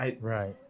Right